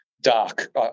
dark